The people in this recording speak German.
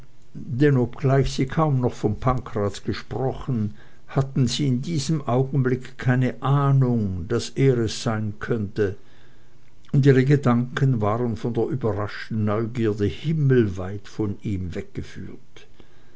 denn obgleich sie kaum noch von pankrazius gesprochen hatten sie in diesem augenblick keine ahnung daß er es sein könnte und ihre gedanken waren von der überraschten neugierde himmelweit von ihm weggeführt